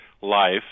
life